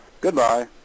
goodbye